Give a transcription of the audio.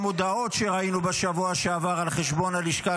ההודעות שראינו בשבוע שעבר על חשבון הלשכה,